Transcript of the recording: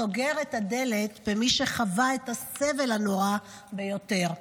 סוגר את הדלת בפני מי שחווה את הסבל הנורא ביותר?